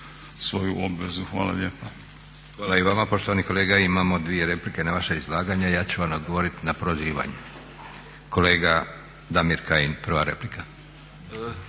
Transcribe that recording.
svoju obvezu. Hvala lijepa. **Leko, Josip (SDP)** Hvala i vama poštovani kolega. Imamo dvije replike na vaše izlaganje, ja ću vam odgovoriti na prozivanje. Kolega Damir Kajin prva replika.